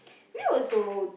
you also